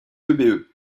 l’ebe